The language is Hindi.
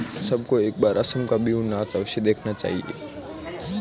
सबको एक बार असम का बिहू नाच अवश्य देखना चाहिए